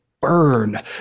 burn